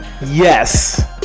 Yes